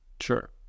Sure